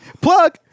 Plug